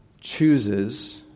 chooses